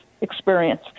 experience